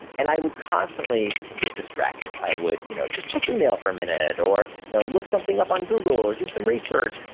and i would constantly get distracted. i would you know just check email for a minute, or you know look something up on google, or do some research,